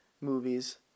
movies